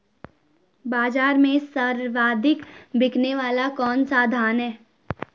बाज़ार में सर्वाधिक बिकने वाला कौनसा धान है?